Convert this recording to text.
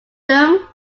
them